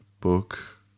book